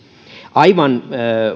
aivan